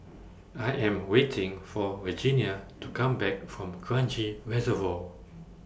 I Am waiting For Regenia to Come Back from Kranji Reservoir